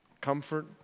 Comfort